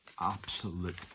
absolute